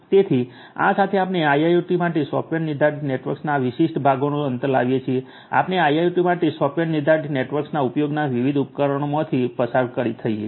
તેથી આ સાથે આપણે આઇઆઈઓટી માટે સોફ્ટવૅર નિર્ધારિત નેટવર્ક્સના આ વિશિષ્ટ ભાગનો અંત લાવીએ છીએ આપણે આઈઆઈઓટી માટે સોફ્ટવૅર નિર્ધારિત નેટવર્ક્સના ઉપયોગના વિવિધ ઉદાહરણોમાંથી પસાર થઈએ છીએ